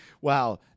Wow